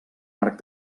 arc